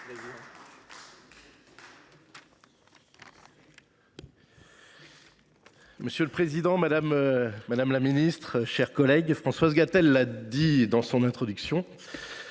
Monsieur le président, madame la ministre, mes chers collègues, Françoise Gatel l’a souligné en introduction